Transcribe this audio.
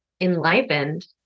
enlivened